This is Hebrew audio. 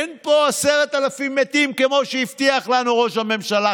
אין פה 10,000 מתים כמו שהבטיח לנו ראש הממשלה,